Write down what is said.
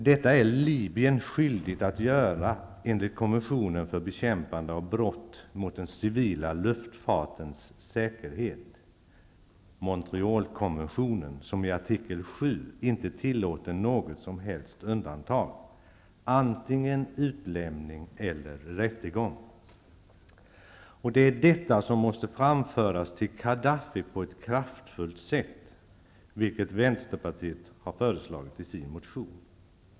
Detta är Libyen skyldigt att göra enligt konventionen för bekämpande av brott mot den civila luftfartens säkerhet, Montrealkonventionen, vars artikel 7 inte tillåter något som helst undantag -- där föreskrivs antingen utelämning eller rättegång. Det är detta som måsta framföras till Khadafi på ett kraftfullt sätt, vilket vänsterpartiet har föreslagit i sin motion.